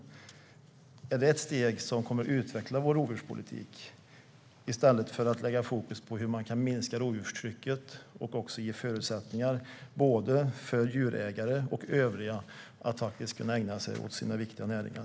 Är det ett steg som kommer att utveckla vår rovdjurspolitik? I stället kan man lägga fokus på hur man kan minska rovdjurstrycket och ge förutsättningar för både djurägare och övriga att ägna sig åt sina viktiga näringar.